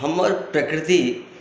हमर प्रकृति